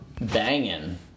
banging